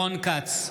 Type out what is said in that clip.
רון כץ,